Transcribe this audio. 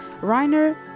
Reiner